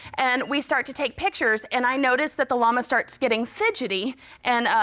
and we start to take pictures and i notice that the llama starts getting fidgety and,